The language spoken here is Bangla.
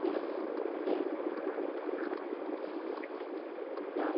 হুম হুম হুম